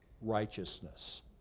righteousness